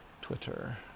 Twitter